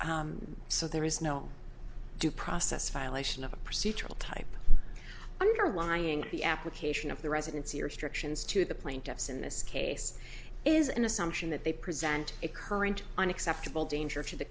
so there is no due process violation of a procedural type underlying the application of the residency restrictions to the plaintiffs in this case is an assumption that they present a current unacceptable danger to the